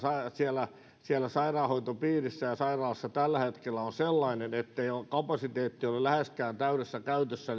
siellä siellä sairaanhoitopiirissä ja sairaalassa tällä hetkellä on sellainen ettei kapasiteetti ole läheskään täydessä käytössä